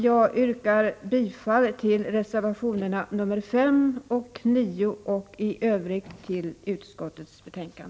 Jag yrkar bifall till reservationerna 5 och 9 och i övrigt till utskottets hemställan.